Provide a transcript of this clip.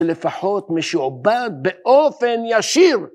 לפחות משועבד באופן ישיר.